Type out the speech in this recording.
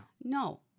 No